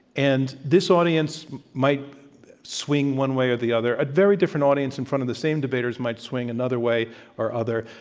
and this audience might swing one way or the other. a very different audience in front of the same debaters might swing another way or other.